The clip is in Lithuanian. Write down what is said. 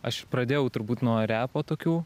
aš pradėjau turbūt nuo repo tokių